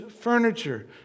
furniture